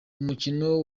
umukino